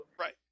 Right